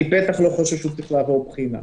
אני בטח לא חושב שהוא צריך לעבור את הבחינה,